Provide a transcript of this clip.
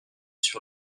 sur